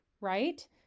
right